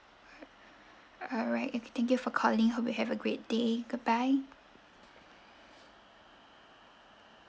alright okay thank you for calling hope you have a great day goodbye